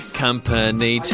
company